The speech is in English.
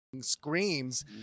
screams